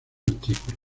artículo